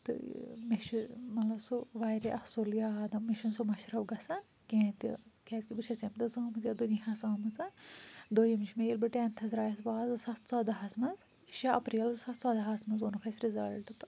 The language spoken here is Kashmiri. تہٕ مےٚ چھِ مَطلَب سُہ واریاہ اَصٕل یاد مےٚ چھُنہٕ سُہ مَشرَپھ گَژھان کیٚنٛہہ تہِ کیٛازِکہِ بہٕ چھَس ییٚمہِ دۄہ زامٕژ یَتھ دُنۍیہس آمٕژن دوٚیِم چھُ ییٚلہِ بہٕ ٹینتھَس درٛایَس پاس زٕ ساس ژۄدَہَس مَنٛز شےٚ اَپریل زٕساس ژۄدَہَس مَنٛز ووٚنُکھ اَسہِ رِزَلٹہٕ تہٕ